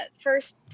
First